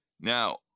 Now